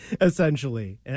Essentially